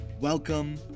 welcome